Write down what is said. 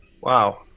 Wow